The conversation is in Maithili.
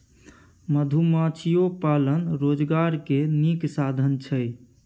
मधुमाछियो पालन रोजगार के नीक साधन छइ